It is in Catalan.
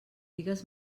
digues